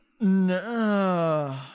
No